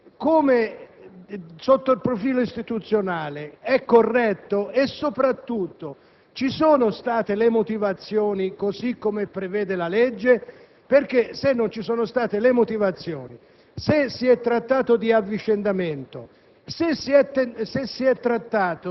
prima considerazione da fare: questo avvicendamento, sotto il profilo istituzionale, è corretto? E, soprattutto, ci sono state le motivazioni così come prevede la legge? Infatti, se non ci sono state le motivazioni,